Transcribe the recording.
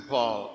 Paul